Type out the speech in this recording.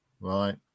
Right